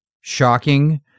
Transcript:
shocking